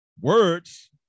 words